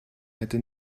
hätte